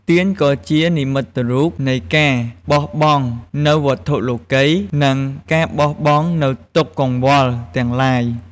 ទៀនក៏ជាជានិមិត្តរូបនៃការលះបង់នូវវត្ថុលោកិយ និងការបោះបង់នូវទុក្ខកង្វល់ទាំងឡាយ។